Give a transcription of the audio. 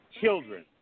children